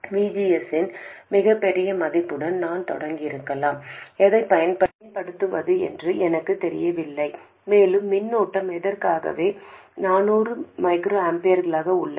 V G S இன் மிகப் பெரிய மதிப்புடன் நான் தொடங்கியிருக்கலாம் எதைப் பயன்படுத்துவது என்று எனக்குத் தெரியவில்லை மேலும் மின்னோட்டம் ஏற்கனவே 400 மைக்ரோஆம்பியர்களாக உள்ளது